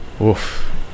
Oof